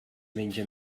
menja